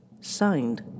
signed